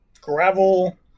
Gravel